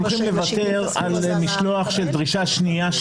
הולכים לוותר על משלוח של דרישה שנייה,